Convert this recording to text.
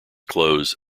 clothes